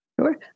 sure